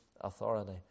authority